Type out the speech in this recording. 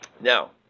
Now